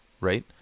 right